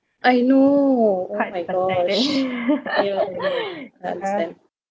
I know oh my gosh ya ya I understand